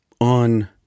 on